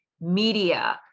media